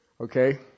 Okay